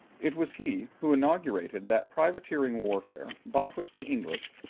it was he who inaugurated that privateering warfare by which the english,